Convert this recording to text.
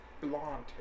blonde